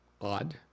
odd